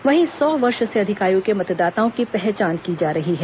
वहीं सौ वर्ष से अधिक आय के मतदाताओं की पहचान की जा रही है